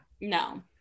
no